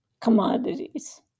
commodities